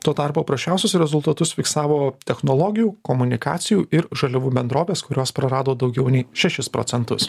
tuo tarpu prasčiausius rezultatus fiksavo technologijų komunikacijų ir žaliavų bendrovės kurios prarado daugiau nei šešis procentus